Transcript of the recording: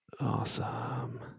Awesome